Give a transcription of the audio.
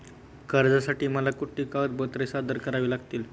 कर्जासाठी मला कुठली कागदपत्रे सादर करावी लागतील?